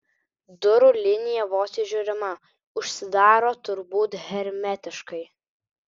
durų linija vos įžiūrima užsidaro turbūt hermetiškai